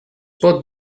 pot